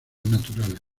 naturales